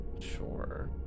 Sure